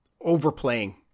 overplaying